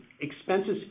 expenses